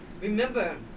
Remember